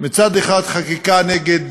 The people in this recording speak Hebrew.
מצד אחד חקיקה נגד